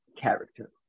character